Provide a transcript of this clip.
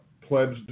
pledged